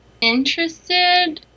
interested